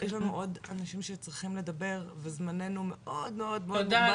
יש לנו עוד אנשים שצריכים לדבר וזמננו מאוד מאוד מוגבל,